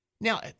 Now